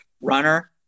runner